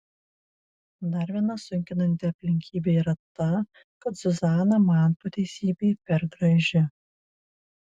dar viena sunkinanti aplinkybė yra ta kad zuzana man po teisybei per graži